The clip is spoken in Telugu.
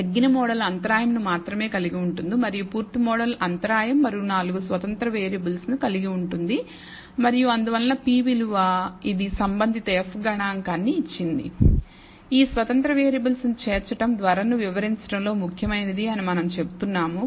తగ్గిన మోడల్ అంతరాయం ను మాత్రమే కలిగి ఉంటుంది మరియు పూర్తి మోడల్ అంతరాయం మరియు నాలుగు స్వతంత్ర వేరియబుల్స్ ను కలిగి ఉంటుంది మరియు అందువలన p విలువ ఇది సంబంధిత F గణాంకాన్ని ఇచ్చింది ఈ స్వతంత్ర వేరియబుల్స్ ను చేర్చడం ధరను వివరించడంలో ముఖ్యమైనది అని మనం చెప్తున్నాము